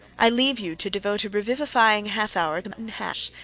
i leave you, to devote a revivifying half-hour to mutton hash.